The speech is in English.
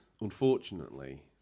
Unfortunately